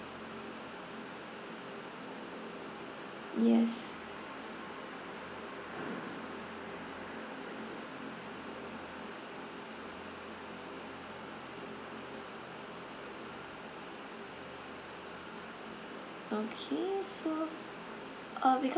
yes okay so uh because